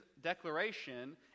declaration